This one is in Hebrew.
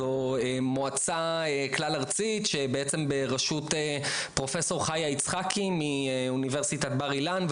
זו מועצה כלל ארצית שבעצם ברשות פרופסור חיה יצחקי מאוניברסיטת בר אילן,